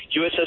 USS